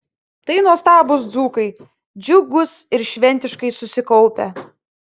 tai nuostabūs dzūkai džiugūs ir šventiškai susikaupę